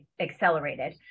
accelerated